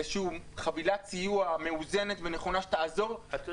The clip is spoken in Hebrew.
איזושהי חבילת סיוע מאוזנת ונכונה שתעזור --- אתה יודע,